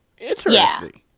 Interesting